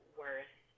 worth